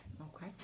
Okay